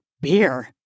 beer